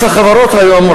מס החברות היום,